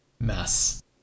mess